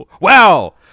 Wow